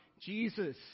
Jesus